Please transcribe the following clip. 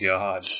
God